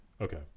Okay